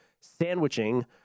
sandwiching